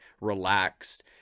relaxed